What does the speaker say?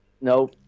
No